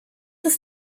ist